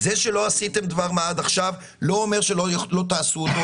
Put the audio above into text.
זה שלא עשיתם דבר מה עד עכשיו לא אומר שלא תעשו אותו,